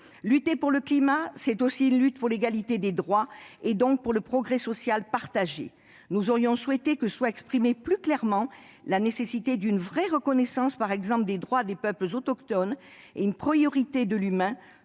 lutte pour le climat est aussi une lutte pour l'égalité des droits et donc pour le progrès social partagé. Nous aurions souhaité que le texte mentionne plus clairement la nécessité d'une véritable reconnaissance des droits des peuples autochtones et la priorité donnée à l'humain